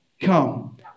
come